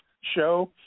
show